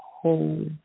whole